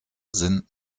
sind